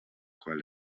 qual